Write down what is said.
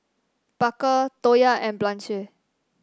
Parker Toya and Blanche